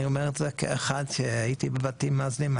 אני אומר את זה כאחד שהייתי בבתים מאזנים,